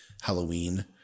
Halloween